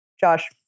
Josh